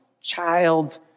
child